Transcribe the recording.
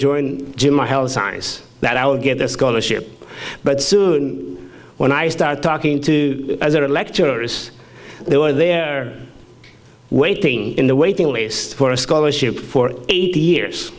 signs that i would get a scholarship but soon when i start talking to a lecturers they were there waiting in the waiting list for a scholarship for eighty years